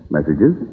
Messages